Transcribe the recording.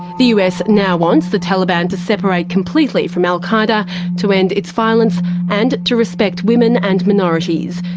the us now wants the taliban to separate completely from al qaeda to end its violence and to respect women and minorities.